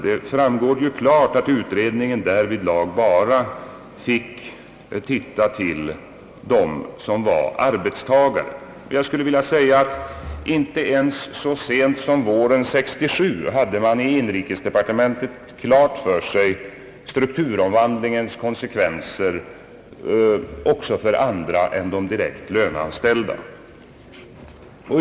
Det framgår klart att utredningen bara fick se till dem som var arbetstagare. Inte ens så sent som på våren 1967 hade man i inrikesdepartementet klart för sig vilka konsekvenser strukturomvandlingen hade också för andra än de direkt löneanställda!